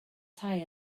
tai